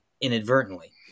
inadvertently